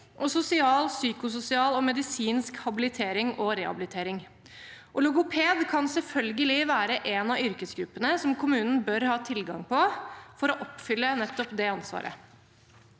og sosial, psykososial og medisinsk habilitering og rehabilitering. Logoped kan selvfølgelig være en av yrkesgruppene som kommunen bør ha tilgang til for å oppfylle nettopp det ansvaret.